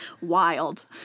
Wild